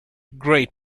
great